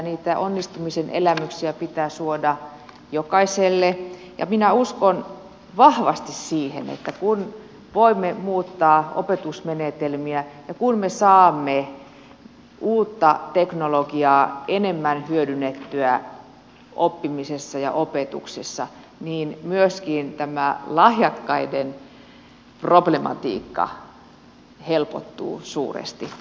niitä onnistumisen elämyksiä pitää suoda jokaiselle ja minä uskon vahvasti siihen että kun voimme muuttaa opetusmenetelmiä ja kun me saamme uutta teknologiaa enemmän hyödynnettyä oppimisessa ja opetuksessa niin myöskin tämä lahjakkaiden problematiikka helpottuu suuresti